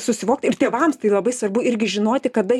susivokt ir tėvams tai labai svarbu irgi žinoti kada